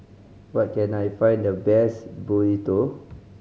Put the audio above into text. where can I find the best Burrito